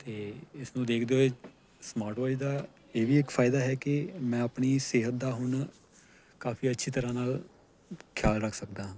ਅਤੇ ਇਸਨੂੰ ਦੇਖਦੇ ਹੋਏ ਸਮਾਰਟ ਵਾਚ ਦਾ ਇਹ ਵੀ ਇੱਕ ਫ਼ਾਇਦਾ ਹੈ ਕਿ ਮੈਂ ਆਪਣੀ ਸਿਹਤ ਦਾ ਹੁਣ ਕਾਫ਼ੀ ਅੱਛੀ ਤਰ੍ਹਾਂ ਨਾਲ ਖਿਆਲ ਰੱਖ ਸਕਦਾ ਹਾਂ